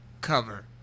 cover